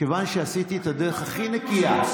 מכיוון שעשיתי את הדרך הכי נקייה,